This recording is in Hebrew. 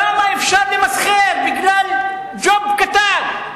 כמה אפשר למסחר בגלל ג'וב קטן?